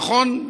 נכון,